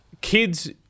kids